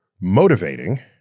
motivating